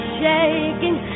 shaking